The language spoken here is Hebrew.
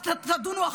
אז תדונו עכשיו.